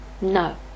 No